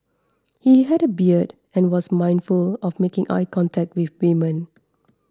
he had a beard and was mindful of making eye contact with women